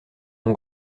mon